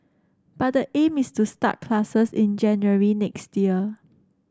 but the aim is to start classes in January next year